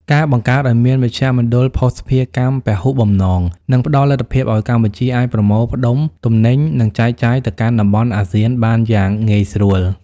ការបង្កើតឱ្យមាន "មជ្ឈមណ្ឌលភស្តុភារកម្មពហុបំណង" នឹងផ្ដល់លទ្ធភាពឱ្យកម្ពុជាអាចប្រមូលផ្តុំទំនិញ និងចែកចាយទៅកាន់តំបន់អាស៊ានបានយ៉ាងងាយស្រួល។